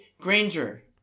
Granger